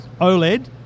OLED